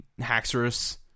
Haxorus